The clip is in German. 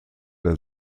der